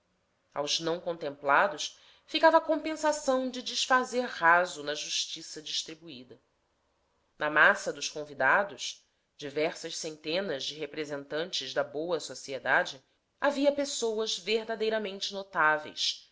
aos não contemplados ficava a compensação de desfazer raso na justiça distribuída na massa dos convidados diversas centenas de representantes da boa sociedade havia pessoas verdadeiramente notáveis